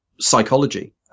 psychology